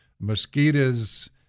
Mosquitoes